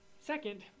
Second